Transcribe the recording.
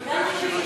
גם אותי.